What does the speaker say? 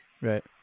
right